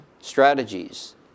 strategies